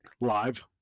Live